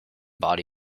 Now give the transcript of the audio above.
body